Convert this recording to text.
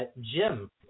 Jim